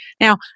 Now